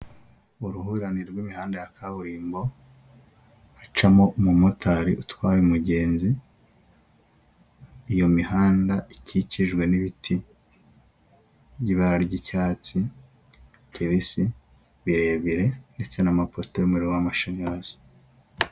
Uruhurirane rw'imihanda ya kaburimbo hacamo umumotari utwaye umugenzi, iyo mihanda ikikijwe n'ibiti by'ibara ry'icyatsi kibisi birebire ndetse n'amapoto y'umuriro w'amashanyarazi.